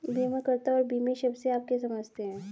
बीमाकर्ता और बीमित शब्द से आप क्या समझते हैं?